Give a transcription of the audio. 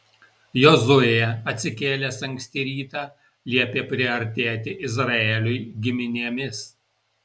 jozuė atsikėlęs anksti rytą liepė priartėti izraeliui giminėmis